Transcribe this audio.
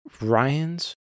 Ryan's